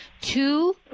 two